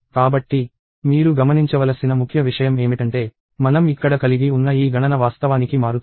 కాబట్టి మీరు గమనించవలసిన ముఖ్య విషయం ఏమిటంటే మనం ఇక్కడ కలిగి ఉన్న ఈ గణన వాస్తవానికి మారుతోంది